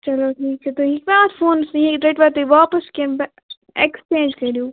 چَلو ٹھیٖک چھُ تُہۍ ہیٚکوا اَتھ فوٗنس یہِ رٔٹوا تُہۍ واپس کِنہٕ بہٕ ایٚکٕسچینٛج کٔرِو